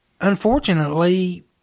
unfortunately